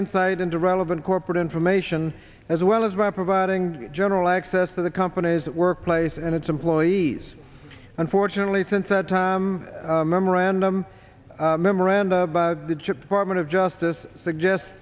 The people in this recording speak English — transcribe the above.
insight into relevant corporate information as well as by providing general access to the company's workplace and its employees unfortunately since that time memorandum memorandum by the chip apartment of justice suggests